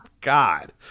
God